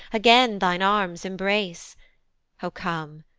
again thine arms embrace o come,